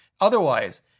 Otherwise